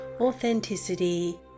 authenticity